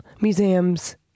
museums